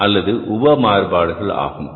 அல்லது உப மாறுபாடுகள் ஆகும் உள்ளது